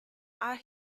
are